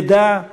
נדע,